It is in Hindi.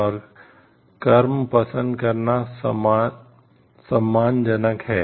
और कर्म पसंद करना सम्मानजनक हैं